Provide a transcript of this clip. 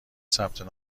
ثبت